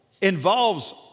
involves